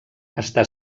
està